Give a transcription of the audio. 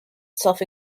self